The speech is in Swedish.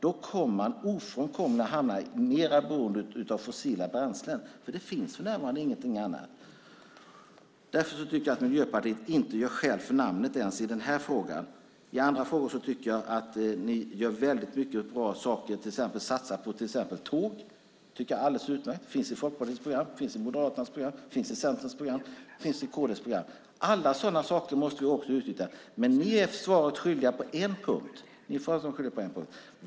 Då kommer man ofrånkomligen att hamna i mer beroende av fossila bränslen. Det finns för närvarande inget annat alternativ. Därför tycker jag att Miljöpartiet inte ens gör skäl för namnet i den här frågan. I andra frågor tycker jag att ni gör väldigt mycket bra saker. Det gäller till exempel när ni vill satsa på tåg. Det tycker jag är alldeles utmärkt. Det finns också i Folkpartiets, Moderaternas, Centerns och kd:s program. Alla sådana möjligheter måste vi utnyttja. Men ni är svaret skyldiga på en punkt.